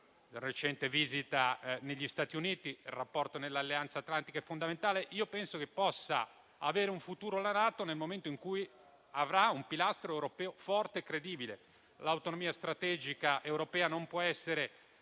una recente visita negli Stati Uniti) il fatto che il rapporto nell'Alleanza atlantica è fondamentale. Ritengo che la NATO possa avere un futuro nel momento in cui avrà un pilastro europeo forte e credibile. L'autonomia strategica europea non può essere